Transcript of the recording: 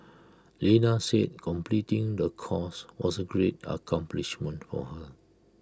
Lena said completing the course was A great accomplishment for her